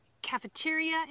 cafeteria